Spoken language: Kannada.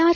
ಆರ್